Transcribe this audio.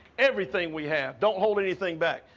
everything we have. don't hold anything back.